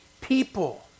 people